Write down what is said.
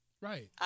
Right